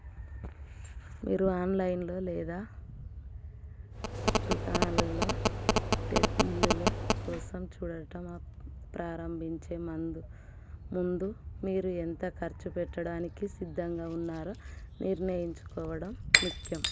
మీరు ఆన్లైన్లో లేదా దుకాణాలలో ట్రెడ్మిల్లుల కోసం చూడడం ప్రారంభించే ముందు మీరు ఎంత ఖర్చు పెట్టడానికి సిద్ధంగా ఉన్నారో నిర్ణయించుకోవడం ముఖ్యం